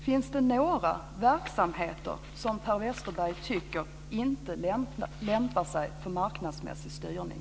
Finns det några verksamheter som Per Westerberg tycker inte lämpar sig för marknadsmässig styrning?